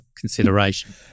consideration